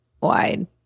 wide